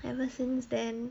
ever since then